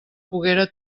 poguera